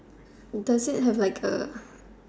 does it have like A